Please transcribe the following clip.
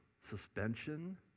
suspension